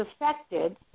affected